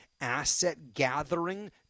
asset-gathering